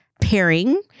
pairing